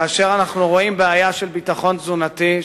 כאשר אנחנו רואים בעיה של ביטחון תזונתי,